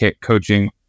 coaching